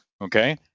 Okay